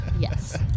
yes